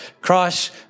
Christ